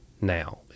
now